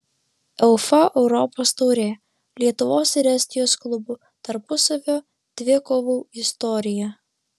uefa europos taurė lietuvos ir estijos klubų tarpusavio dvikovų istorija